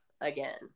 again